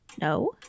No